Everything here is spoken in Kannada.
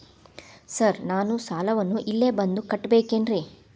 ಸರ್ ನಾನು ಸಾಲವನ್ನು ಇಲ್ಲೇ ಬಂದು ಕಟ್ಟಬೇಕೇನ್ರಿ?